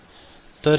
तर हे जोडलेले आहे